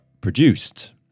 produced